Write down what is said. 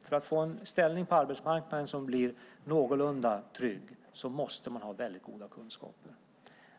För att få en någorlunda trygg ställning på arbetsmarknaden måste man ha mycket goda kunskaper.